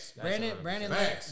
Brandon